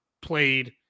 played